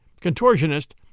contortionist